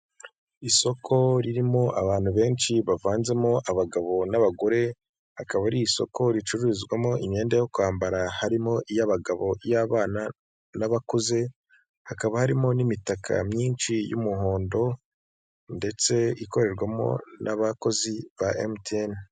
Isoko rinini ririmo abantu benshi bavanze abagabo n'abagore akba ari isiko ricururizwamo imyambaro yo kwambara hakaba harimo iy'abagabo iy'abana n'abakozi hakaba harimo n'imitaka myinshi y'umuhondo ikorerwamo n'abakozi ba emutiyeni.